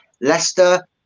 leicester